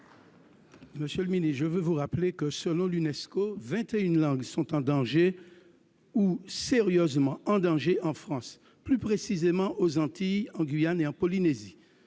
Monsieur le ministre, je rappelle que, selon l'Unesco, 21 langues sont en danger ou sérieusement en danger en France, plus précisément aux Antilles, en Guyane et en Polynésie.